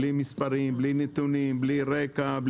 בלי מספרים, בלי נתונים, בלי רקע.